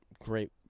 great